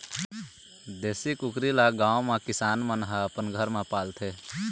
देशी कुकरी ल गाँव म किसान मन ह अपन घर म पालथे